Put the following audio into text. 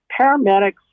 paramedics